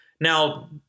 Now